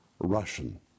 Russian